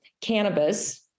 Cannabis